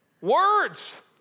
words